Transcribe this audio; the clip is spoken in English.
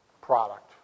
product